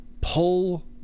pull